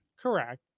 Correct